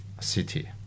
city